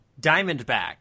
Diamondback